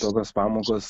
tokios pamokos